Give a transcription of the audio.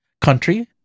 country